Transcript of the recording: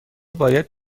باید